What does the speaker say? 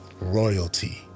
royalty